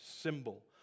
symbol